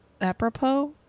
Apropos